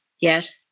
yes